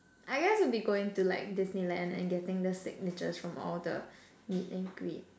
I guess would be going to like Disneyland and getting the signatures from all the meet and greet